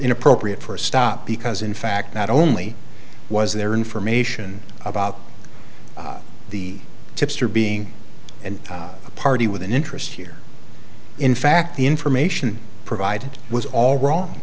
inappropriate for a stop because in fact not only was there information about the tipster being and a party with an interest here in fact the information provided was all